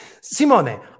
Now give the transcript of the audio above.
Simone